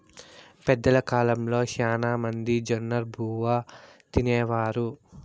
పెద్దల కాలంలో శ్యానా మంది జొన్నబువ్వ తినేవారు